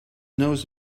knows